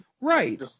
Right